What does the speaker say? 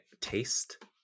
taste